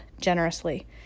generously